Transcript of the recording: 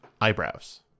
eyebrows